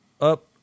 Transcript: up